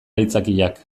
aitzakiak